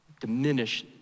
diminish